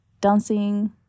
dancing